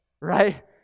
right